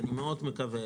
אני מקווה